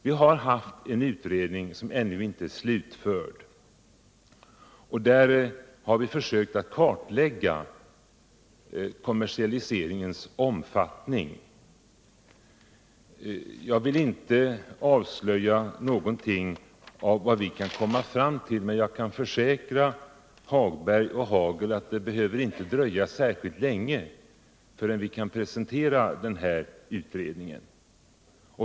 Vi har alltså en utredning som ännu inte är slutförd, i vilken vi har försökt kartlägga kommersialiseringens omfattning. Jag vill inte avslöja någonting av vad vi kan komma fram till, men jag försäkrar Lars-Ove Hagberg och Rolf Hagel att det inte skall dröja särskilt länge förrän vi kan offentliggöra denna utredning.